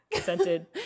scented